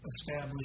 establish